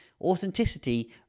Authenticity